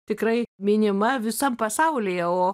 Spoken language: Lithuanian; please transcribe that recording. tikrai minima visam pasaulyje o